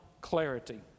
clarity